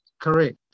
correct